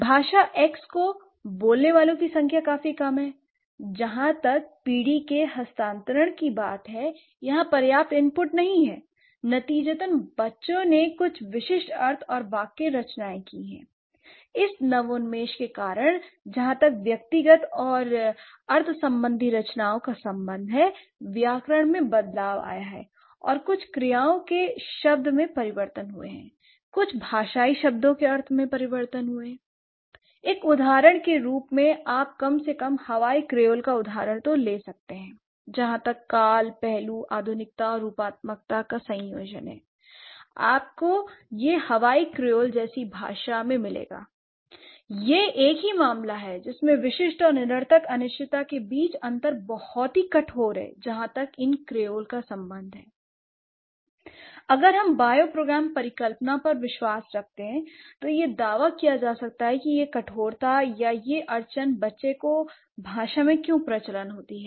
भाषा एकस को बोलने वालों की संख्या काफी कम है l जहां तक पीढ़ी के हस्तांतरण की बात है यहां पर्याप्त इनपुट नहीं है l नतीजतन बच्चों ने कुछ विशिष्ट अर्थ और वाक्य रचनाएं की है l इस नवोन्मेष के कारण जहां तक वाक्यगत और अर्थसंबंधी रचनाओं का संबंध है व्याकरण में बदलाव आया है और कुछ क्रियाओं के शब्द में परिवर्तन हुआ है कुछ भाषाई शब्दों के अर्थ में l एक उदाहरण के रूप में आप कम से कम हवाई क्रियोल का उदाहरण ले सकते हैं जहां तक काल पहलू आधुनिकता और रूपात्मकता का संयोजन है l आपको यह हवाई क्रियोल जैसी भाषा में मिलेगा l यह एक ही मामला है जिसमें विशिष्ट और निरर्थक अनिश्चितता के बीच अंतर बहुत ही कठोर है जहां तक इन क्रियोल का संबंध है l अगर हम बायो प्रोग्राम परिकल्पना पर विश्वास रखते हैं तो यह दावा किया जा सकता है कि यह कठोरता या यह अर्चन बच्चे को भाषा में क्यों प्रचलन होती है